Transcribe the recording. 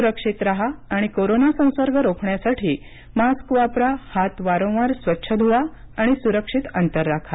सुरक्षित राहा आणि कोरोना संसर्ग रोखण्यासाठी मास्क वापरा हात वारंवार स्वच्छ ध्ववा आणि सुरक्षित अंतर राखा